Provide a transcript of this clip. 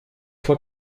fois